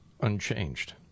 Unchanged